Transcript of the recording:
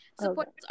Supporters